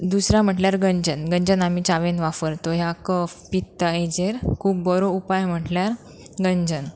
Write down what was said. दुसरां म्हटल्यार गंजन गंजन आमी चावेन वापरतो ह्यां कफ पित्त हेचेर खूब बरो उपाय म्हटल्यार गंजन